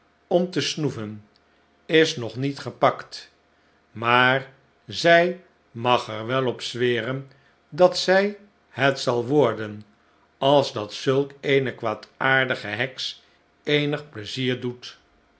om te snoeven is nog niet gepakt maar zij mag er wel op zweren dat zij het zal worden als dat zulk eene kwaadaardige heks eenig pleizier doet